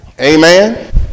Amen